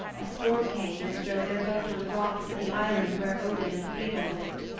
a storm came and drove their boat on the rocks of the island where odin and frigga lived.